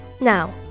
Now